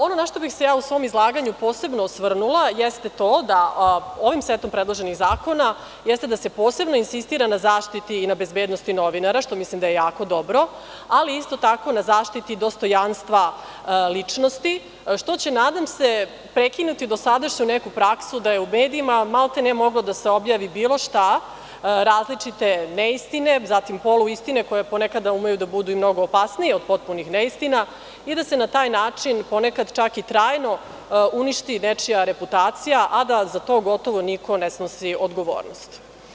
Ono na šta bih se ja u svom izlaganju posebno osvrnula jeste to da ovim setom predloženih zakona, jeste da se posebno insistira na zaštiti i na bezbednosti novinara, što mislim da je jako dobro, ali isto tako na zaštiti dostojanstva ličnosti, što će nadam se prekinuti dosadašnju neku praksu da je u medijima, a maltene moglo da se objavi bilo šta, različite neistine, zatim poluistine koje ponekada umeju da budu i mnogo opasnije od potpunih neistina i da se na taj način ponekad čak i trajno uništi nečija reputacija, a da za to gotovo niko ne snosi odgovornost.